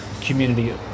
community